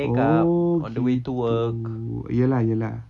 oh gitu iya lah iya lah